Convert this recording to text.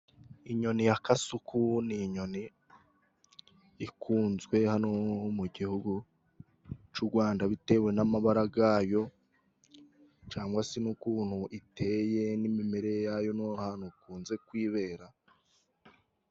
Inyoni ya kasuku ni inyoni ikunzwe hano mu gihugu cy'u Rwanda bitewe n'amabara yayo cyangwa se n'ukuntu iteye n'imimerere yayo n' ahantu ikunze kwibera.